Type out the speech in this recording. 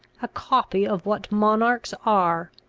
a copy of what monarchs are,